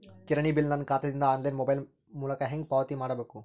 ಕಿರಾಣಿ ಬಿಲ್ ನನ್ನ ಖಾತಾ ದಿಂದ ಆನ್ಲೈನ್ ಮೊಬೈಲ್ ಮೊಲಕ ಪಾವತಿ ಹೆಂಗ್ ಮಾಡಬೇಕು?